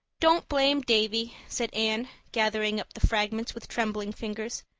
don't blame davy, said anne, gathering up the fragments with trembling fingers.